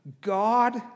God